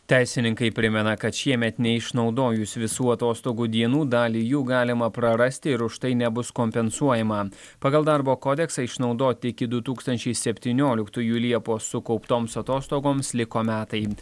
teisininkai primena kad šiemet neišnaudojus visų atostogų dienų dalį jų galima prarasti ir už tai nebus kompensuojama pagal darbo kodeksą išnaudoti iki du tūkstančiai septynioliktųjų liepos sukauptoms atostogoms liko metai